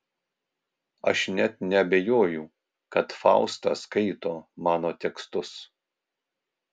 aš net neabejoju kad fausta skaito mano tekstus